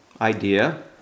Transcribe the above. idea